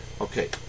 Okay